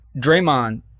Draymond